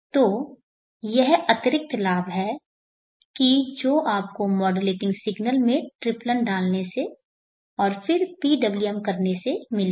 तो यह अतिरिक्त लाभ है कि जो आपको मॉड्यूलेटिंग सिग्नल में ट्रिप्लन डालने से और फिर PWM करने से मिलेगा